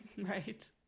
Right